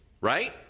right